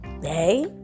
Hey